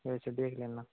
थोड़ा सा देख लेना